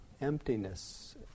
Emptiness